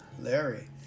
Larry